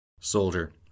Soldier